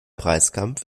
preiskampf